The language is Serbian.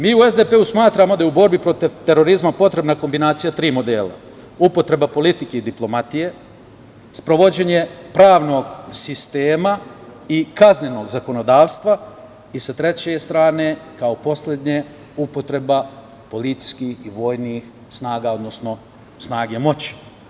Mi u SDP-u smatramo da je u borbi protiv terorizma potrebna kombinacija tri modela – upotreba politike i diplomatije, sprovođenje pravnog sistema i kaznenog zakonodavstva i sa treće strane, kao poslednje, upotreba policijskih i vojnih snaga, odnosno snage moći.